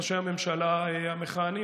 ראשי הממשלה המכהנים,